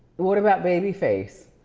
what about babyface?